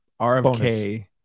RFK